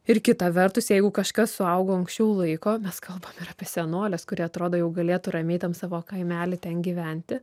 ir kita vertus jeigu kažkas suaugo anksčiau laiko mes kalbam apie senoles kuri atrodo jau galėtų ramiai tam savo kaimelį ten gyventi